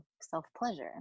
self-pleasure